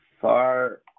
far